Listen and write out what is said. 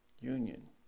union